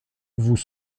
vous